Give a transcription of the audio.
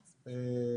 אוקיי,